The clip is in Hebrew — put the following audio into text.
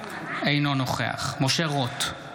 אינו נוכח משה רוט,